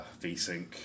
vsync